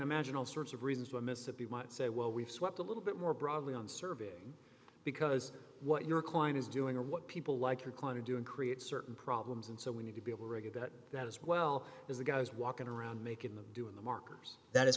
imagine all sorts of reasons why mississippi might say well we've swept a little bit more broadly on surveying because what your client is doing or what people like your corner doing create certain problems and so we need to be able to get to that as well as the guys walking around making them do in the markers that is